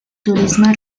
turisme